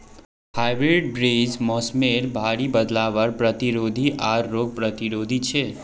hybrid बीज मोसमेर भरी बदलावर प्रतिरोधी आर रोग प्रतिरोधी छे